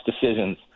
decisions